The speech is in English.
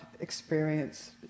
experience